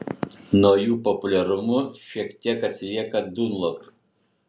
nuo jų populiarumu šiek tiek atsilieka dunlop